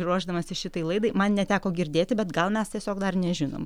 ruošdamasi šitai laidai man neteko girdėti bet gal mes tiesiog dar nežinom